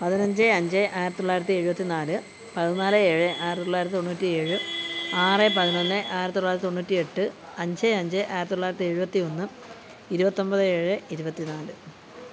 പതിനഞ്ച് അഞ്ച് ആയിരത്തി തൊള്ളായിരത്തി എഴുപത്തി നാല് പതിനാല് ഏഴ് ആയിരത്തി തൊള്ളായിരത്തി തൊണ്ണൂറ്റി ഏഴ് ആറ് പതിനൊന്ന് ആയിരത്തി തൊള്ളായിരത്തി തൊണ്ണൂറ്റി എട്ട് അഞ്ച് അഞ്ച് ആയിരത്തി തൊള്ളായിരത്തി എഴുപത്തി ഒന്ന് ഇരുവത്തൊൻപത് ഏഴ് ഇരുപത്തി നാല്